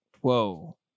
whoa